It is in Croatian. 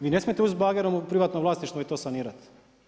Vi ne smijete ući s bagerom u privatno vlasništvo i to sanirati.